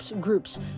groups